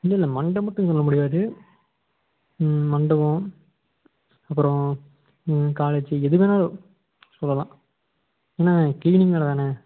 இல்லை இல்லை மண்டபம் மட்டும் பண்ண முடியாது மண்டபம் அப்பறம் காலேஜு எது வேணாலும் சொல்லலாம் என்ன கிளீனிங் வேலை தானே